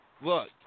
look